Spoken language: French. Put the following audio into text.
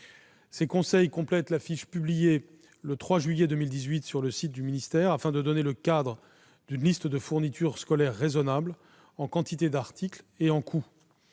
Ces conseils complètent la fiche publiée le 3 juillet dernier sur le site du ministère, afin de donner le cadre d'une liste de fournitures scolaires raisonnable, en quantité d'articles et en coût.